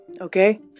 Okay